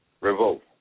revolt